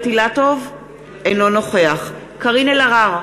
אינו נוכח קארין אלהרר,